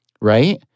right